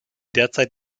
derzeit